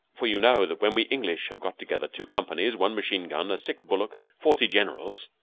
for you know that when we english have got together two companies, one machine gun, a sick bullock, forty generals,